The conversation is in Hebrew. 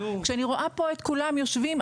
כשאני רואה פה את כולם יושבים,